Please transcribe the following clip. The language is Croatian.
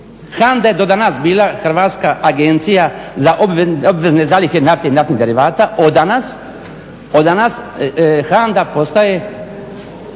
HANDA je do danas bila Hrvatska agencija za obvezne zalihe nafte i naftnih derivata, od danas HANDA postaje